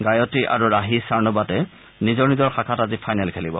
গায়ত্ৰী আৰু ৰাহি চাৰ্ণুবাটে নিজৰ নিজৰ শাখাত আজি ফাইনেল খেলিব